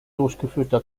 durchgeführten